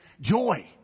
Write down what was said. joy